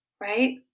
right